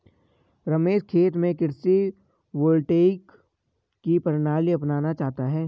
रमेश खेत में कृषि वोल्टेइक की प्रणाली अपनाना चाहता है